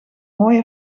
mooi